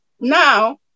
Now